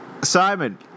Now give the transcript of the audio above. Simon